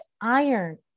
iron